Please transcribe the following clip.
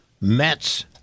Mets